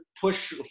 push